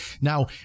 Now